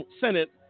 Senate